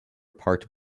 parked